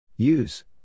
Use